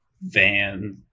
van